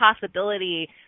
possibility